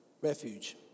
refuge